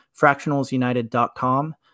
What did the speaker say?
fractionalsunited.com